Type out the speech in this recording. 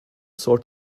sort